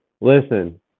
Listen